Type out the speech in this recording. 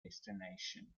destination